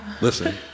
Listen